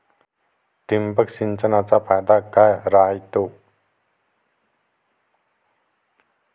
ठिबक सिंचनचा फायदा काय राह्यतो?